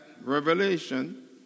Revelation